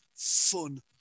Fun